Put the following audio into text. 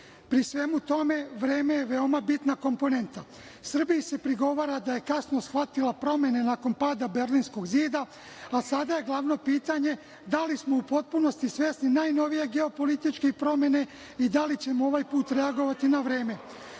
Pri svemu tome, vreme je veoma bitna komponenta. Srbiji se prigovara da je kasno shvatila promene nakon pada Berlinskog zida, a sada je glavno pitanje da li smo u potpunosti svesni najnovije geopolitičke promene i da li ćemo ovaj put reagovati na vreme. Pred